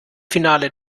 finale